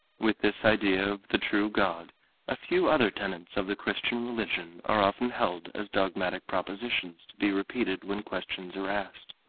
with this idea of the true god a few other tenets of the christian religion are often held as dogmatic propositions to be repeated when questions are asked.